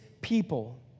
people